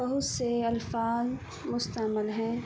بہت سے الفاظ مستعمل ہیں